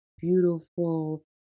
beautiful